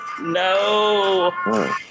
No